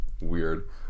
Weird